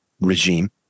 regime